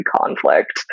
conflict